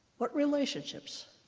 what relationships?